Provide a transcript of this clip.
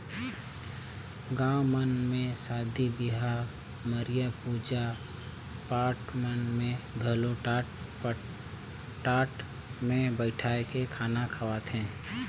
गाँव मन म सादी बिहाव, मरिया, पूजा पाठ मन में घलो टाट मे बइठाके खाना खवाथे